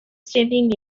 standing